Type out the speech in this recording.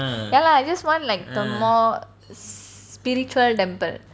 ya lah I just want like the more s~ spiritual temple